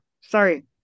Sorry